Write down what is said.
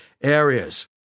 areas